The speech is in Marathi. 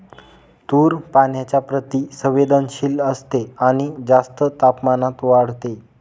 तूर पाण्याच्या प्रति संवेदनशील असते आणि जास्त तापमानात वाढते